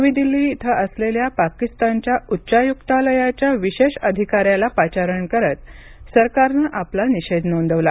नवी दिल्ली इथं असलेल्या पाकिस्तानच्या उच्चायुक्तालयाच्या विशेष अधिकाऱ्याला पाचारण करत सरकारनं आपला निषेध नोंदवला